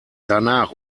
danach